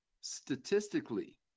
Statistically